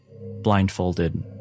blindfolded